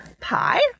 pie